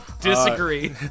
Disagree